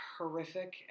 horrific